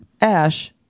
Ash